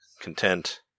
content